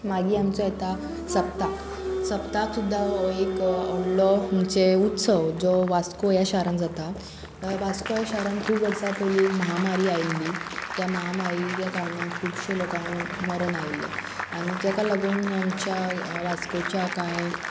मागीर आमचो येता सप्ताक सप्ताक सुद्दां हो एक व्हडलो म्हणचे उत्सव जो वास्को ह्या शारान जाता वास्को ह्या शारान खूब वर्सां पयलीं महामारी आयिल्ली त्या महामारिल्या कारणान खुबशे लोकांक मरण आयिल्लें आनी जाका लागून आमच्या वास्कोच्या कांय